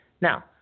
Now